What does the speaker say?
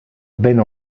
ben